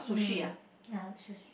mm yeah sushi